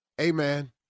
Amen